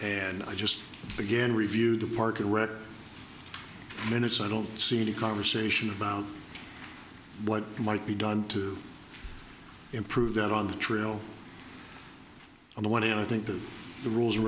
and i just again review the park and record minutes i don't see any conversation about what might be done to improve that on the trail on the one hand i think that the rules and